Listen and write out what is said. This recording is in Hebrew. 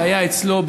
זה היה אצלו,